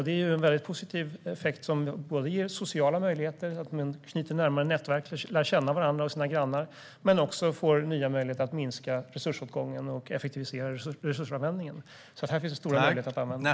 Det är en mycket positiv effekt som ger sociala möjligheter - man knyter närmare nätverk och lär känna varandra och sina grannar - och som också ger nya möjligheter att minska resursåtgången och effektivisera resursanvändningen. Här finns det stora möjligheter.